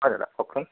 হয় দাদা কওকচোন